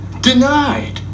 Denied